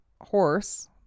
horse